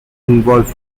involved